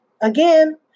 Again